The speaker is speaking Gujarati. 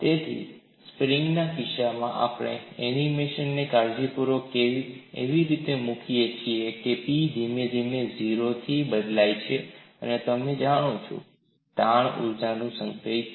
તેથી સ્પ્રિંગના કિસ્સામાં પણ આપણે એનિમેશનને કાળજીપૂર્વક એવી રીતે મૂકી છે કે P ધીમે ધીમે 0 થી બદલાય છે અને તમે જાણો છો કે તાણ ઊર્જા શું સંગ્રહિત છે